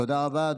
תודה רבה.